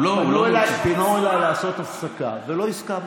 כי פנו אליי לעשות הפסקה ולא הסכמתי.